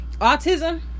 Autism